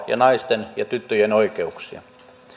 ja naisten ja tyttöjen oikeuksia